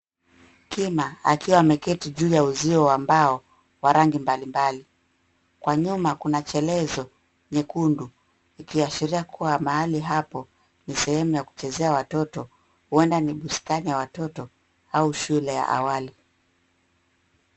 Kima akiwa ameketi juu ya uzio wa mbao wa rangi mbalimbali. Kwa nyuma kuna chelezo nyekundu. Ikiashiria kuwa mahali hapo ni sehemu ya kuchezea watoto. Huenda ni bustani ya watoto au shule ya awali.